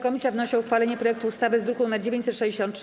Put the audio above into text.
Komisja wnosi o uchwalenie projektu ustawy z druku nr 963.